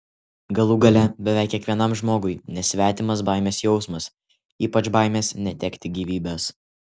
galų gale beveik kiekvienam žmogui nesvetimas baimės jausmas ypač baimės netekti gyvybės